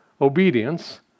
obedience